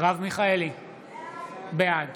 בעד